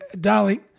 darling